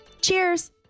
Cheers